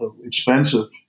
expensive